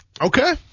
Okay